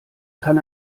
kann